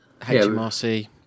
HMRC